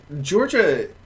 Georgia